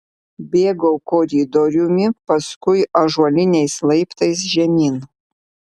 bėgau koridoriumi paskui ąžuoliniais laiptais žemyn